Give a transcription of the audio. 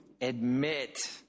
admit